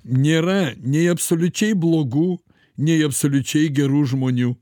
nėra nei absoliučiai blogų nei absoliučiai gerų žmonių